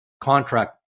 contract